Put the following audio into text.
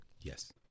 Yes